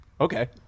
Okay